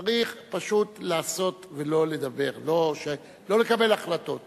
צריך פשוט לעשות ולא לדבר, לא לקבל החלטות